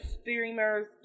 streamers